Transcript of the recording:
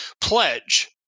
pledge